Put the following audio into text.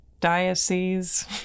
diocese